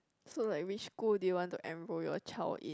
so like which school do you want to enroll your child in